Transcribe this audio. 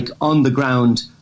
on-the-ground